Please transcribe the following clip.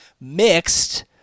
mixed